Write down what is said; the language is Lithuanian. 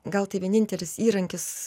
gal tai vienintelis įrankis